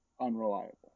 unreliable